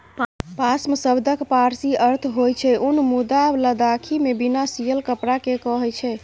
पाश्म शब्दक पारसी अर्थ होइ छै उन मुदा लद्दाखीमे बिना सियल कपड़ा केँ कहय छै